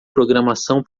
programação